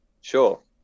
sure